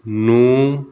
ਨੂੰ